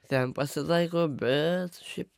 ten pasitaiko bet šiaip